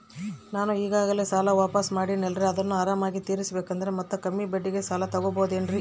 ನಾನು ಈಗಾಗಲೇ ಸಾಲ ವಾಪಾಸ್ಸು ಮಾಡಿನಲ್ರಿ ಅದನ್ನು ಆರಾಮಾಗಿ ತೇರಿಸಬೇಕಂದರೆ ಮತ್ತ ಕಮ್ಮಿ ಬಡ್ಡಿಗೆ ಸಾಲ ತಗೋಬಹುದೇನ್ರಿ?